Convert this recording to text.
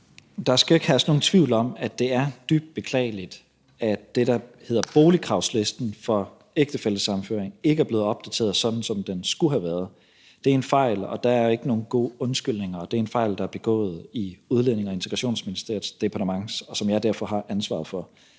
Der skal ikke herske nogen tvivl om, at det er dybt beklageligt, at det, der hedder boligkravslisten for ægtefællesammenføring, ikke er blevet opdateret, sådan som den skulle have været. Det er en fejl, og der er ikke nogen gode undskyldninger. Det er en fejl, der er blevet begået i Udlændinge- og Integrationsministeriets departement, og som jeg derfor har ansvaret for.